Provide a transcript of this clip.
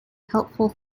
helpful